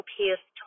Pierce